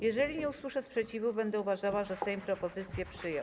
Jeżeli nie usłyszę sprzeciwu, będę uważała, że Sejm propozycję przyjął.